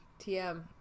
TM